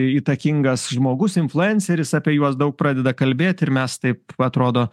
įtakingas žmogus influenceris apie juos daug pradeda kalbėti ir mes taip atrodo